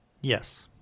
Yes